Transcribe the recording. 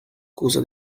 scusa